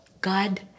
God